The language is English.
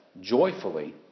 joyfully